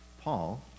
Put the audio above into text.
Paul